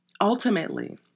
Ultimately